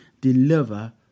deliver